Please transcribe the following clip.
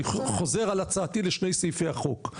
אני חוזר על הצעתי לשני סעיפי החוק,